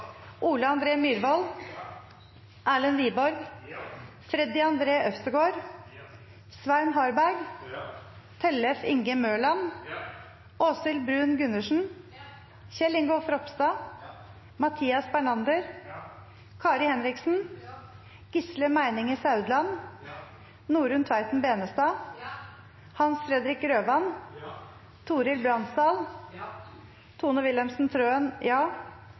Ole André Myhrvold, Erlend Wiborg, Freddy André Øvstegård, Svein Harberg, Tellef Inge Mørland, Åshild Bruun-Gundersen, Kjell Ingolf Ropstad, Mathias Bernander, Kari Henriksen, Gisle Meininger Saudland, Norunn Tveiten Benestad, Hans Fredrik Grøvan, Torhild Bransdal, Tone Wilhelmsen Trøen,